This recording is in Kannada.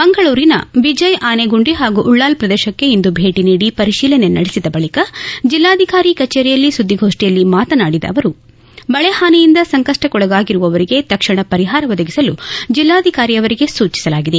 ಮಂಗಳೂರಿನ ಬಿಣ್ಣಿ ಆನೆಗುಂಡಿ ಹಾಗೂ ಉಳ್ಳಾಲ ಪ್ರದೇಶಕ್ಷೆ ಇಂದು ಭೇಟಿ ನೀಡಿ ಪರಿತೀಲನೆ ನಡೆಸಿದ ಬಳಕ ಬಳಕ ಜಿಲ್ಲಾಧಿಕಾರಿ ಕಜೇರಿಯಲ್ಲಿ ಸುದ್ಗಿಗೋಷ್ನಿಯಲ್ಲಿ ಮಾತನಾಡಿದ ಅವರು ಮಳೆ ಹಾನಿಯಿಂದ ಸಂಕಪ್ಪಕ್ಕೊಳಗಾಗಿರುವವರಿಗೆ ತಕ್ಷಣ ಪರಿಹಾರ ಒದಗಿಸಲು ಜಿಲ್ಲಾಧಿಕಾರಿಯವರಿಗೆ ಸೂಚಿಸಲಾಗಿದೆ